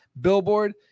billboard